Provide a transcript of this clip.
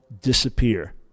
disappear